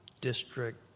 district